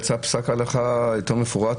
יצא פסק הלכה יותר מפורט,